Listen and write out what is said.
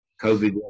covid